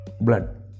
blood